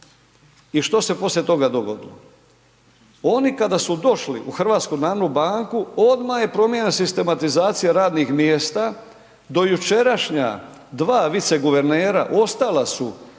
i što se poslije toga dogodilo? Oni kada su došli u HNB odmah je promijenjena sistematizacija radnih mjesta, do jučerašnja dva viceguvernera, ostala su